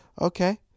Okay